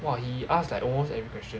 !wah! he asked like almost every question